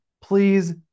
Please